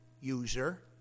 user